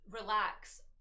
relax